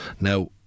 Now